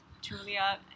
Julia